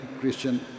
Christian